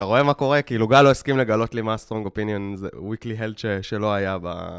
אתה רואה מה קורה? כאילו גל לא הסכים לגלות לי מה Strong Opinions Weekly Held שלא היה ב...